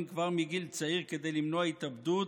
כבר מגיל צעיר כדי למנוע התאבדות,